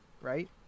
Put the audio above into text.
Right